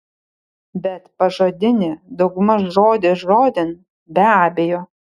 bet pažodinį daugmaž žodis žodin be abejo